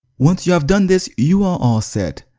once you have done this, you are all set.